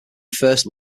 first